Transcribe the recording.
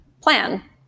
plan